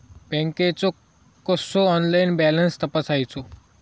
बँकेचो कसो online balance तपासायचो?